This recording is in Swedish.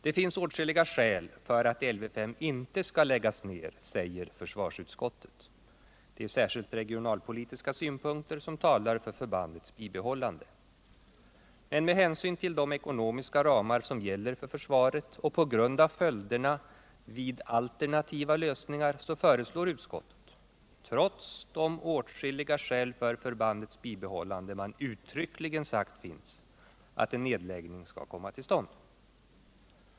Det finns åtskilliga skäl för att Lv 5 inte skall läggas ner, säger försvarsutskottet. Det är särskilt regionalpolitiska synpunkter som talar för förban dets bibehållande. Men med hänsyn till de ekonomiska ramar som gäller för försvaret och på grund av följderna vid alternativa lösningar föreslår utskottet, trots att utskottet uttryckligen sagt att det finns åtskilliga skäl för förbandets bibehållande, att en nedläggning skall komma till stånd.